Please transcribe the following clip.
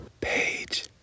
Page